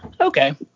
Okay